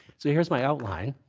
so here's my outline.